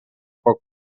poc